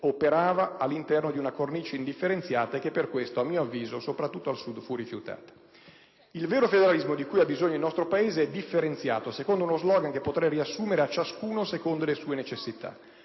operava entro una cornice indifferenziata e che per questo, soprattutto al Sud, fu rifiutata. Il vero federalismo di cui ha bisogno il nostro Paese è differenziato, secondo uno *slogan* che si potrebbe riassumere come "a ciascuno secondo le sue necessità".